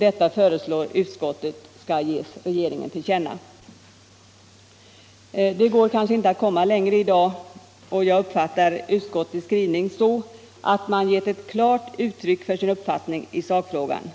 Detta föreslår utskottet skall ges regeringen till känna. Det går kanske inte att komma längre i dag, och jag uppfattar utskottets skrivning så, att man gett ett klart uttryck för sin uppfattning i sakfrågan: